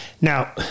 Now